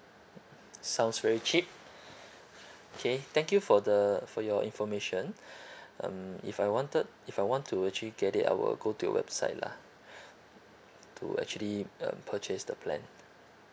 sounds very cheap okay thank you for the for your information um if I wanted if I want to actually get it I will go to your website lah to actually uh purchase the plan